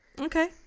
Okay